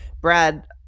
Brad